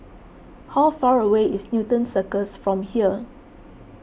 how far away is Newton Circus from here